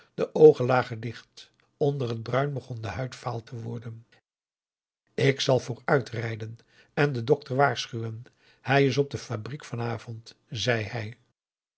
de oogen lagen dicht onder het bruin begon de huid vaal te worden ik zal vooruit rijden en den dokter waarschuwen hij is op de fabriek van avond zei hij